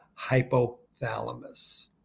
hypothalamus